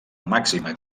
màxima